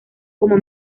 como